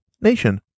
Nation